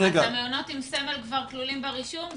אז המעונות עם סמל כבר כלולים ברישום?